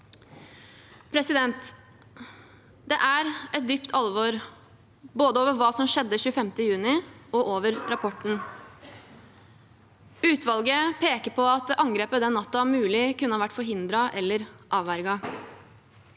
artikkel 11. Det er et dypt alvor både over hva som skjedde 11. juni, og over rapporten. Utvalget peker på at angrepet den natten muligens kunne ha vært forhindret eller avverget.